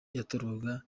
yatorwaga